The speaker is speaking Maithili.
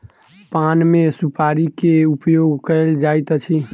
पान मे सुपाड़ी के उपयोग कयल जाइत अछि